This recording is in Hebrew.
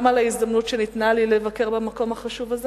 גם על ההזדמנות שניתנה לי לבקר במקום החשוב הזה